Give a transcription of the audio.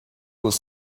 was